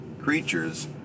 creatures